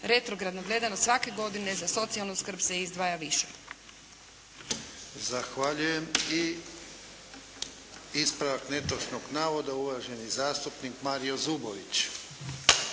Retrogradno gledano svake godine za socijalnu skrb se izdvaja više. **Jarnjak, Ivan (HDZ)** Zahvaljujem. I ispravak netočnog navoda uvaženi zastupnik Mario Zubović.